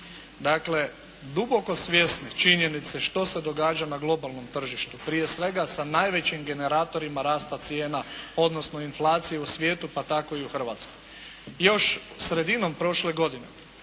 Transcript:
Dakle, duboko svjesni činjenice što se događa na globalnom tržištu, prije svega sa najvećim generatorima rasta cijena odnosno inflacije u svijetu pa tako i u Hrvatskoj. Još sredinom prošle godine